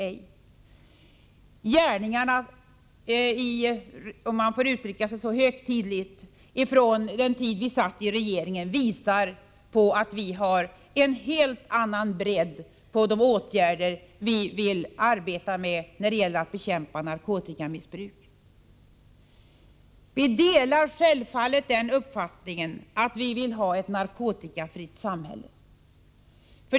Våra gärningar — om jag får yttra mig så högtidligt — under den tid vi satt i regeringen visar att vi har en helt annan bredd på de åtgärder som vi vill vidta för att bekämpa narkotikamissbruket. Vi delar självfallet den uppfattningen att man måste skapa ett narkotikafritt samhälle.